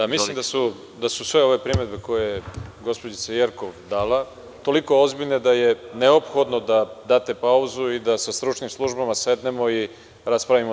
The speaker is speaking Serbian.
Mislim da su sve ove primedbe koje gospođica Jerkov dala toliko ozbiljne da je neophodno da date pauzu i da sa stručnim službama sednemo i raspravimo to.